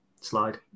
slide